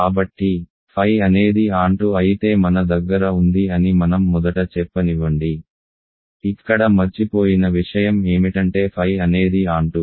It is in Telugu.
కాబట్టి ఫై అనేది ఆన్టు అయితే మన దగ్గర ఉంది అని మనం మొదట చెప్పనివ్వండి ఇక్కడ మర్చిపోయిన విషయం ఏమిటంటే ఫై అనేది ఆన్టు